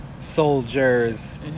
soldiers